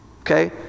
okay